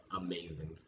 amazing